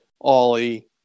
Ollie